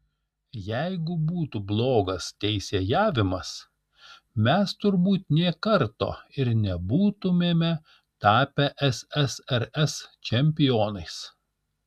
jeigu būtų blogas teisėjavimas mes turbūt nė karto ir nebūtumėme tapę ssrs čempionais